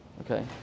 Okay